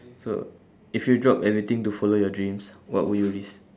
so if you drop everything to follow your dreams what would you risk